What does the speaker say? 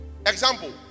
Example